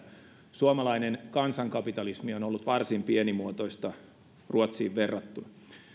suomalainen kansankapitalismi on ollut varsin pienimuotoista ruotsiin verrattuna